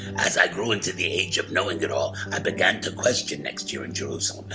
as i grew into the age of knowing it all, i began to question next year in jerusalem.